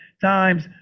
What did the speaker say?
times